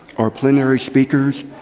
our plenary speakers,